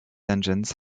engines